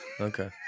Okay